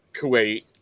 Kuwait